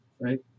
Right